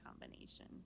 combination